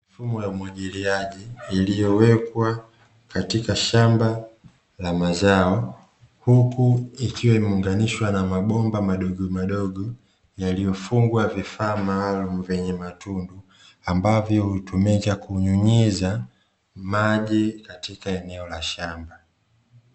Mifumo ya umwagiliaji iliyowekewa katika shamba la mazao, huku ikiwa imeunganishwa na mabomba madogo madogo, yaliyofungwa vifaa maalumu vyenye matundu ambavyo hutumia cha kunyunyiza maji katika eneo la shamba.